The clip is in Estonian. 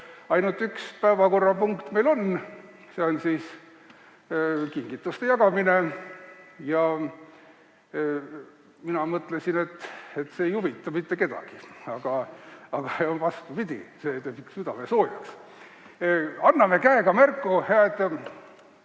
ainult üks päevakorrapunkt, see on kingituste jagamine. Mina mõtlesin, et see ei huvita mitte kedagi, aga vastupidi. See teeb südame soojaks. Anname käega märku, hääd